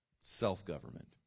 Self-government